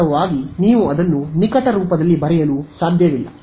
ವಾಸ್ತವವಾಗಿ ನೀವು ಅದನ್ನು ನಿಕಟ ರೂಪದಲ್ಲಿ ಬರೆಯಲು ಸಾಧ್ಯವಿಲ್ಲ